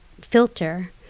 filter